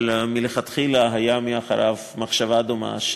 אבל מלכתחילה הייתה מאחוריו מחשבה דומה,